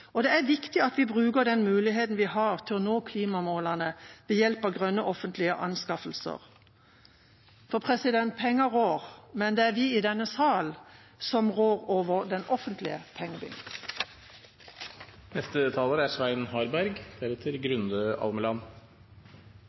Det er bra. Det er viktig at vi bruker den muligheten vi har til å nå klimamålene ved hjelp av grønne offentlige anskaffelser. For pengene rår, men det er vi i denne salen som rår over den offentlige